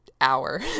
hour